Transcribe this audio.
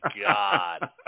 God